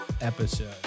episode